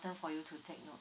for you to take note